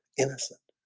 innocent